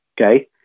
okay